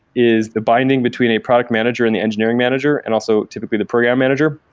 is the binding between a product manager and the engineering manager and also typically the program manager.